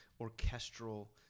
orchestral